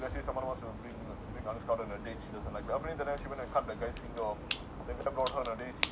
that's awesome